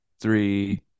three